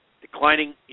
declining